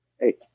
hey